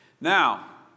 Now